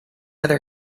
other